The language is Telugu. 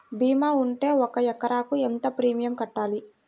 భీమా ఉంటే ఒక ఎకరాకు ఎంత ప్రీమియం కట్టాలి?